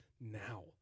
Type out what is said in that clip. now